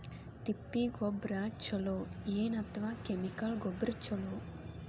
ತಿಪ್ಪಿ ಗೊಬ್ಬರ ಛಲೋ ಏನ್ ಅಥವಾ ಕೆಮಿಕಲ್ ಗೊಬ್ಬರ ಛಲೋ?